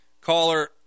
caller